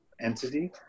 entity